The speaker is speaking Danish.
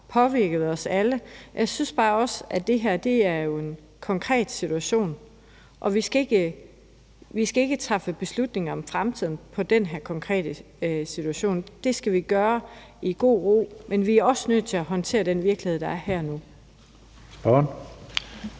påvirket os alle, men jeg synes bare også, det her er en konkret situation, og vi skal ikke træffe beslutninger om fremtiden ud fra den her konkrete situation. Det skal vi gøre i god ro og orden, men vi er også nødt til at håndtere den virkelighed, der er her og